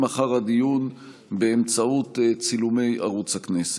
אחר הדיון באמצעות צילומי ערוץ הכנסת.